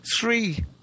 three